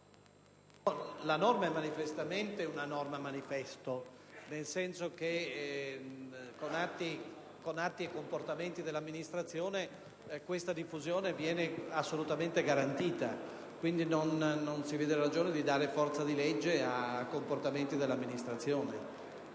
questione è, manifestamente, una norma manifesto nel senso che, con atti e comportamenti dell'Amministrazione, questa diffusione viene assolutamente garantita. Non si vede pertanto la ragione di dare forza di legge a comportamenti dell'Amministrazione.